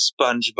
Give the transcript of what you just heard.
SpongeBob